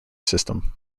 system